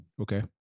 Okay